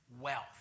wealth